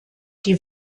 die